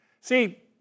See